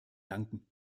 danken